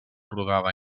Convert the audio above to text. rodada